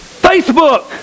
Facebook